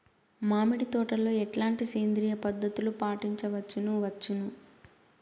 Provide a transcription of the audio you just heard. మామిడి తోటలో ఎట్లాంటి సేంద్రియ పద్ధతులు పాటించవచ్చును వచ్చును?